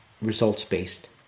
results-based